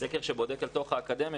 סקר שבודק אל תוך האקדמיה,